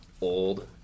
old